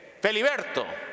Feliberto